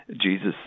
Jesus